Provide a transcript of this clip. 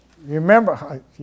Remember